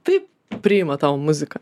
taip priima tau muziką